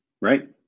Right